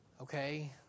okay